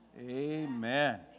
Amen